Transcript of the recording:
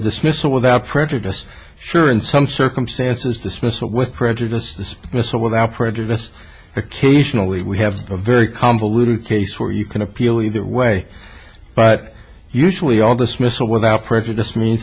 dismissal without prejudice sure in some circumstances dismissal with prejudice missa without prejudice occasionally we have a very convoluted case where you can appeal either way but usually all dismissal without prejudice means